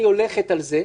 אני לא אגיד אני לא מקבל,